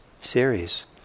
series